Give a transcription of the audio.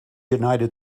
united